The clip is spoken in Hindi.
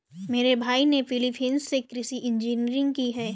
मेरे भाई ने फिलीपींस से कृषि इंजीनियरिंग की है